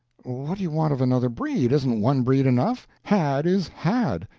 what do we want of another breed? isn't one breed enough? had is had,